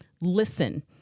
listen